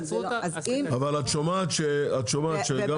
אבל את שומעת שגם